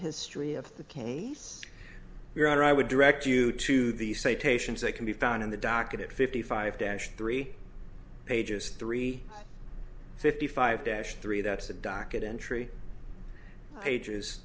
history of the case your honor i would direct you to the say patients that can be found in the docket fifty five dash three pages three fifty five dash three that's the docket entry pages